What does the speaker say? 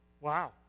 Wow